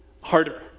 harder